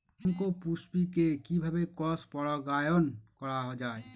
শঙ্খপুষ্পী কে কিভাবে ক্রস পরাগায়ন করা যায়?